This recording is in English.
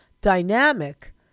dynamic